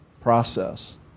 process